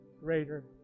greater